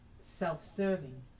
self-serving